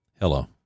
hello